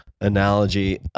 analogy